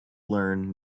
learn